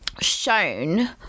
shown